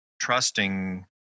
trusting